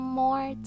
more